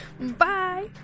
Bye